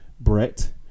Brett